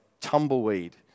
tumbleweed